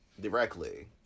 directly